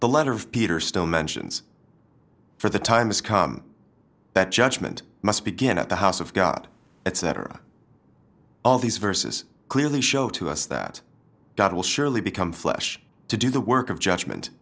the letter of peter stone mentions for the time has come that judgment must begin at the house of god etc all these verses clearly show to us that god will surely become flesh to do the work of judgment